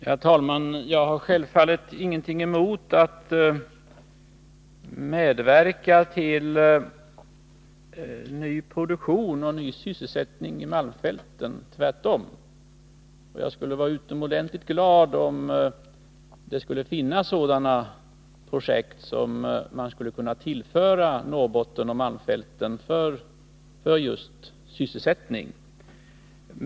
Herr talman! Jag har självfallet ingenting emot att medverka till ny produktion och ny sysselsättning i malmfälten, tvärtom. Jag skulle vara utomordentligt glad om det fanns projekt att tillföra Norrbotten och malmfälten, just för sysselsättningens skull.